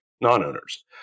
non-owners